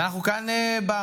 והיא תיכנס לספר